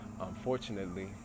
unfortunately